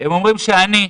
הם אומרים שאני,